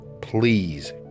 please